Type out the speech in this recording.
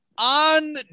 on